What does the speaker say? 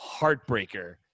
heartbreaker